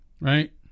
right